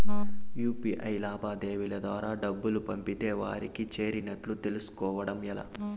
UPI లావాదేవీల ద్వారా డబ్బులు పంపితే వారికి చేరినట్టు తెలుస్కోవడం ఎలా?